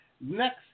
next –